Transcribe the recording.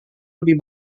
lebih